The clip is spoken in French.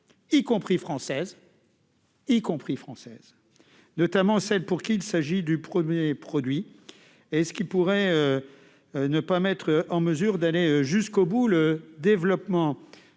y compris françaises, notamment celles pour qui il s'agit du premier produit. Elles pourraient ne pas être en mesure d'aller au bout du développement